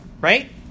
right